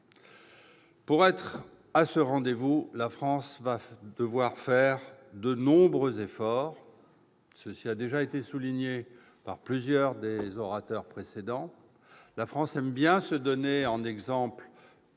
Pour être à ce rendez-vous, la France va devoir déployer de nombreux efforts, comme cela a déjà été souligné par plusieurs des orateurs précédents. La France aime se donner en exemple